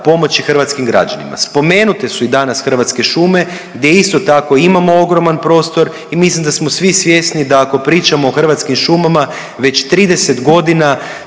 pomoći hrvatskih građanima. Spomenute su i danas Hrvatske šume gdje isto tako imamo ogroman prostor i mislim da smo svi svjesni da ako pričamo o Hrvatskim šumama, već 30 godina